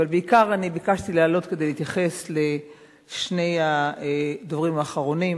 אבל בעיקר אני ביקשתי לעלות כדי להתייחס לשני הדוברים האחרונים